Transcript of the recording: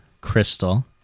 Crystal